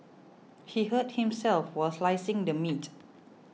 he hurt himself while slicing the meat